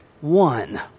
one